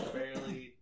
barely